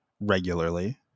regularly